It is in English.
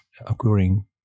occurring